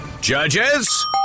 Judges